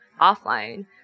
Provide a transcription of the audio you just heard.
offline